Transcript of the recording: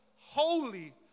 holy